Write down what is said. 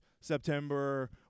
September